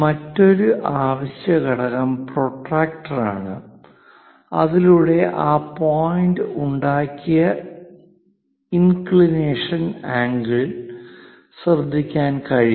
മറ്റൊരു അവശ്യ ഘടകം പ്രൊട്ടക്റ്റർ ആണ് അതിലൂടെ ആ പോയിന്റ് ഉണ്ടാക്കിയ ഇന്കളിനേഷൻ ആംഗിൾ ശ്രദ്ധിക്കാൻ കഴിയും